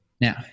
Now